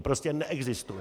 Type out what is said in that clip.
Prostě neexistuje.